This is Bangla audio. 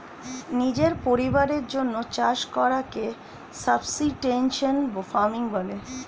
নিজের পরিবারের জন্যে চাষ করাকে সাবসিস্টেন্স ফার্মিং বলে